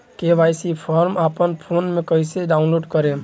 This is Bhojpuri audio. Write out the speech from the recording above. के.वाइ.सी फारम अपना फोन मे कइसे डाऊनलोड करेम?